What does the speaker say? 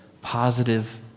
positive